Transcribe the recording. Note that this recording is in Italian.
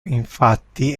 infatti